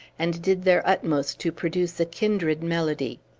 and did their utmost to produce a kindred melody.